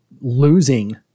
losing